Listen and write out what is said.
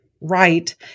right